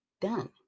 done